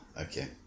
Okay